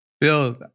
Bill